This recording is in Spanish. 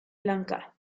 lanka